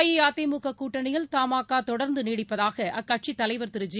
அஇஅதிமுக கூட்டணியில் தமாகா தொடர்ந்து நீடிப்பதாக அக்கட்சியின் தலைவர் திரு ஜி